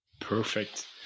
Perfect